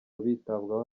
bitabwaho